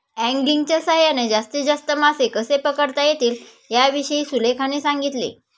अँगलिंगच्या सहाय्याने जास्तीत जास्त मासे कसे पकडता येतील याविषयी सुलेखाने सांगितले